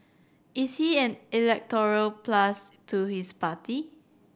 is he an electoral plus to his party